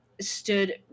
stood